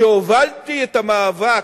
כשהובלתי את המאבק,